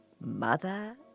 Mother